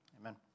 Amen